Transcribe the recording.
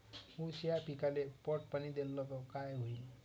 ऊस या पिकाले पट पाणी देल्ल तर काय होईन?